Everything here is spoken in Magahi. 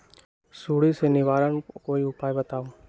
सुडी से निवारक कोई उपाय बताऊँ?